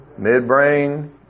Midbrain